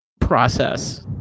process